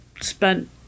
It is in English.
spent